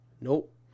Nope